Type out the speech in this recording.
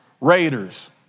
raiders